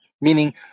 Meaning